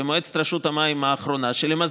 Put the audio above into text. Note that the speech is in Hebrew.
ומועצת רשות המים האחרונה,